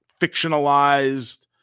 fictionalized